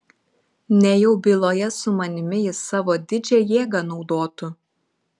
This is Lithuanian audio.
nejau byloje su manimi jis savo didžią jėgą naudotų